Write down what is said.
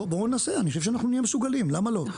בוא נעשה, אני חושב שאנחנו נהיה מסוגלים, למה לא?